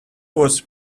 was